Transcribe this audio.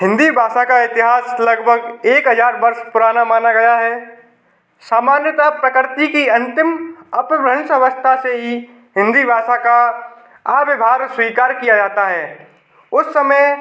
हिंदी भाषा का इतिहास लगभग एक हज़ार वर्ष पुराना माना गया है सामान्यतः प्रकृति की अंतिम अपभ्रंश अवस्था से ही हिंदी भाषा का आविर्भाव स्वीकार किया जाता है उस समय